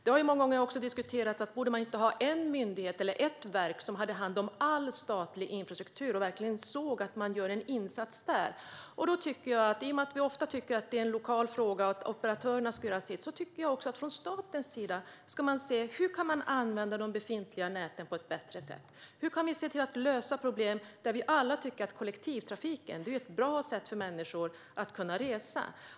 Det har många gånger diskuterats om man inte borde ha en myndighet eller ett verk som har hand om all statlig infrastruktur för att man ska se att det verkligen görs en insats där. I och med att vi ofta tycker att det är en lokal fråga och att operatörerna ska göra sitt tycker jag att man också från statens sida ska se på hur man kan använda de befintliga näten på ett bättre sätt. Hur kan man se till att lösa problemen? Vi tycker alla att kollektivtrafiken är ett bra sätt för människor att kunna resa.